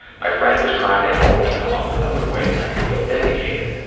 my friend was trying to help me come up with other ways i could feel vindicated.